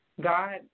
God